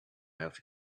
out